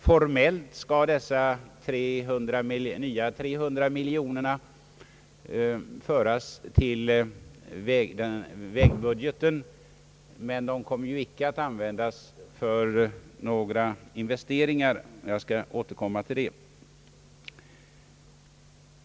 Formellt skall alla dessa nya 300 miljoner kronor föras till vägbudgeten, men de kommer ju inte att användas för några investeringar — jag skall återkomma till det.